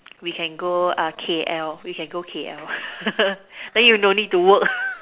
we can go uh K_L we can go K_L then you no need to work